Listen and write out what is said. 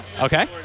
Okay